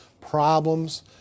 problems